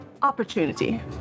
opportunity